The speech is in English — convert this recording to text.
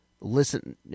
listen